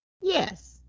Yes